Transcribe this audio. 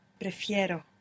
Prefiero